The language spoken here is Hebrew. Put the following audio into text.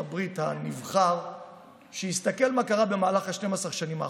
הברית הנבחר שיסתכל מה קרה במהלך 12 השנים האחרונות: